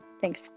Thanks